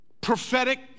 prophetic